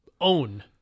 own